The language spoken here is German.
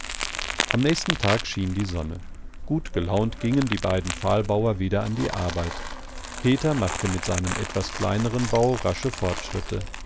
am nächsten tag schien die sonne gut gelaunt gingen die beiden pfahlbauer wieder an die arbeit peter machte mit seinem etwas kleineren bau rasche fortschritte